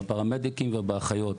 בפרמדיקים ובאחיות,